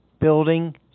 building